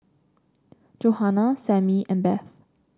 Johana Sammy and Beth